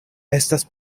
estas